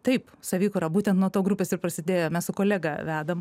taip savikūra būtent nuo to grupės ir prasidėjo mes su kolega vedam